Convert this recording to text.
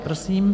Prosím.